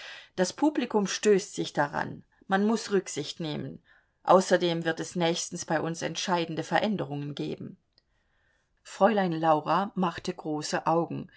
das publikum stößt sich dran man muß rücksicht nehmen außerdem wird es nächstens bei uns entscheidende veränderungen geben fräulein laura machte große augen